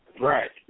Right